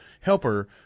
helper